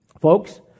Folks